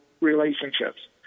relationships